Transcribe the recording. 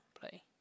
play